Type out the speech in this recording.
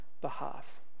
behalf